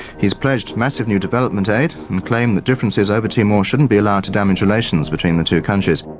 he's pledged massive new development aid and claim that differences over timor shouldn't be allowed to damage relations between the two countries.